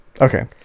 Okay